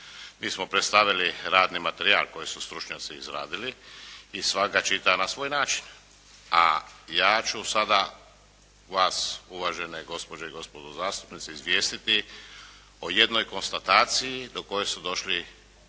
Mi smo predstavili radni materijal koji su stručnjaci izradili i svatko ga čita na svoj način a ja ću sada vas uvažene gospođe i gospodo zastupnici izvijestiti o jednoj konstataciji do koje su došli